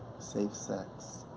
safe sex.